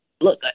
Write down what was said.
Look